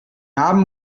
haben